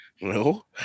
No